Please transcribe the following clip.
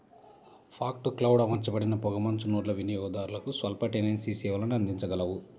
fog to cloud అమర్చబడిన పొగమంచు నోడ్లు వినియోగదారులకు స్వల్ప లేటెన్సీ సేవలను అందించగలవు